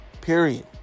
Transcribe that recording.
Period